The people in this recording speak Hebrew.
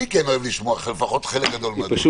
אני כן אוהב לשמוע, לפחות חלק גדול מהדברים.